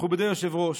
מכובדי היושב-ראש,